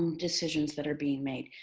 um decisions that are being made.